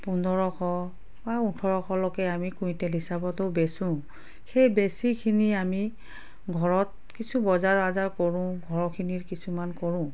পোন্ধৰশ বা ওঠৰশলৈকে আমি কুইন্টেল হিচাপতো বেচোঁ সেই বেচাখিনি আমি ঘৰত কিছু বজাৰ আজাৰ কৰোঁ ঘৰখিনিৰ কিছুমান কৰোঁ